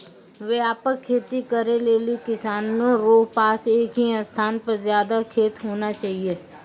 व्यापक खेती करै लेली किसानो रो पास एक ही स्थान पर ज्यादा खेत होना चाहियो